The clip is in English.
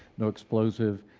no explosive,